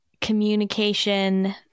communication